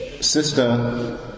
sister